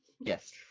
Yes